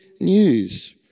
news